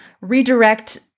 redirect